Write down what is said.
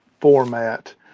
format